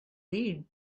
read